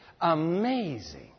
Amazing